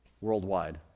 worldwide